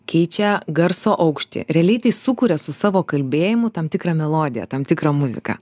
keičia garso aukštį realiai tai sukuria su savo kalbėjimu tam tikrą melodiją tam tikrą muziką